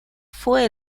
fue